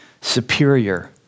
superior